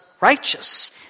righteous